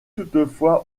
toutefois